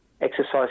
Exercise